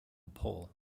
pole